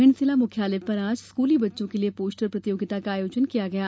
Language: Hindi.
भिंड जिला मुख्यालय पर आज स्कूली बच्चों के लिए पोस्टर प्रतियोगिता आयोजित की गई